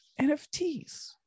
NFTs